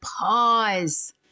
pause